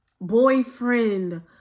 boyfriend